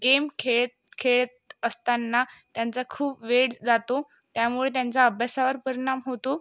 game खेळत खेळत असताना त्यांचा खूप वेळ जातो त्यामुळे त्यांच्या अभ्यासावर परिणाम होतो